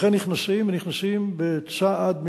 לכן נכנסים, ונכנסים בצעד משולב,